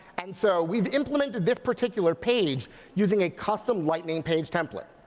and so we've implemented this particular page using a custom lightning page template.